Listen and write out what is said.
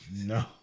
No